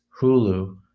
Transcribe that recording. Hulu